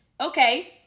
Okay